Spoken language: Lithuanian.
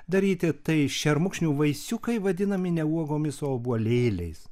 daryti tai šermukšnių vaisiukai vadinami ne uogomis obuolėliais